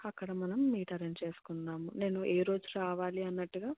అక్కడ మనం meet arrange చేసుకుందాము నేను ఏ రోజు రావాలి అన్నట్టుగా